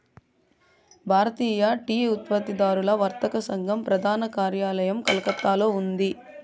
భారతీయ tea ఉత్పత్తిదారుల వర్తక సంఘం ప్రధాన కార్యాలయం కలకత్తాలో ఉంది